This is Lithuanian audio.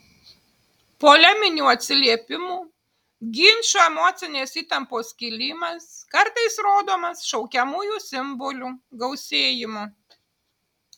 poleminių atsiliepimų ginčų emocinės įtampos kilimas kartais rodomas šaukiamųjų simbolių gausėjimu